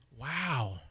Wow